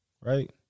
right